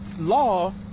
law